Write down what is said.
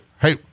hey